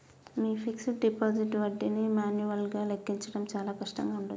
మీ fixed deposit వడ్డీని మాన్యువల్గా లెక్కించడం చాలా కష్టంగా ఉండచ్చు